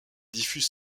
diffuse